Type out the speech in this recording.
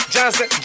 Johnson